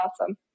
awesome